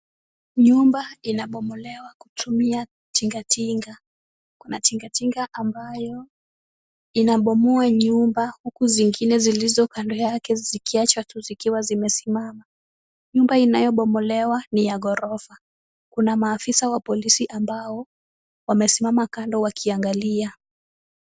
Nyumba inabomolewa kutumia tingatinga. Kuna tingatinga ambayo inabomoa nyumba, huku zingine zilizo kando yake zikiachwa tu zikiwa zimesimama. Nyumba inayobomolewa ni ya ghorofa. Kuna maafisa wa polisi ambao wamesimama kando wakiangalia.